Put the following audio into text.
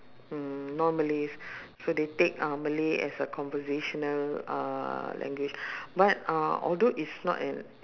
mm non-malays so they take uh malay as a conversational uh language but uh although it's not an